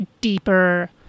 deeper